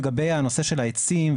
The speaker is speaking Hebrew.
לגבי הנושא של העצים,